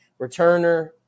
returner